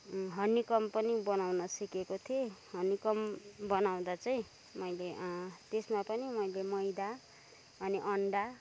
honeycomb पनि बनाउन सिकेको थिएँ हनिकम्ब बनाउँदा चाहिँ मैले त्यसमा पनि मैदा अनि अन्डा